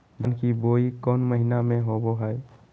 धान की बोई कौन महीना में होबो हाय?